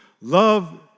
love